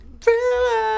Thriller